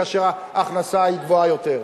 כאשר ההכנסה היא גבוהה יותר,